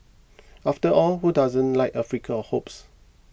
after all who doesn't like a flicker of hopes